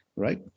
right